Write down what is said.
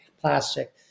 plastic